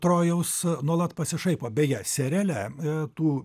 trojaus nuolat pasišaipo beje seriale tų